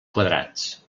quadrats